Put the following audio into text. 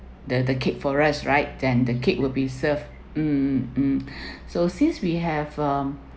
the the cake for us right then the cake will be served um mm mm so since we have um